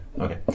Okay